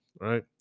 right